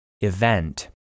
Event